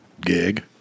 gig